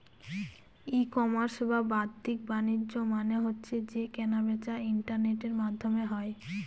ই commerce বা বাদ্দিক বাণিজ্য মানে হচ্ছে যে কেনা বেচা ইন্টারনেটের মাধ্যমে হয়